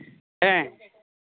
ᱦᱮᱸ